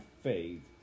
faith